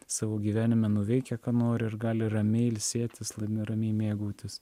savo gyvenime nuveikę ką nori ir gali ramiai ilsėtis laimi ramiai mėgautis